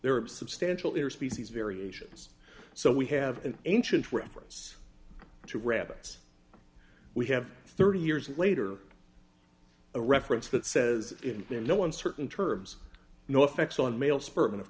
there are substantial or species variations so we have an ancient reference to rabbits we have thirty years later a reference that says in the no uncertain terms no effects on male sperm and of